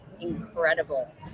incredible